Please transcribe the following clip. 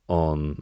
on